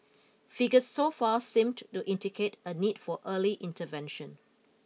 figures so far seemed to indicate a need for early intervention